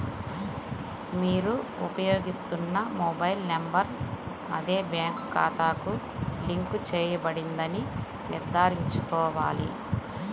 మీరు ఉపయోగిస్తున్న mobile number అదే బ్యాంక్ ఖాతాకు లింక్ చేయబడిందని నిర్ధారించుకోవాలి